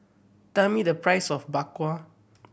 tell me the price of Bak Kwa